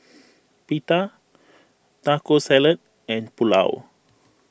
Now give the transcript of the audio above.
Pita Taco Salad and Pulao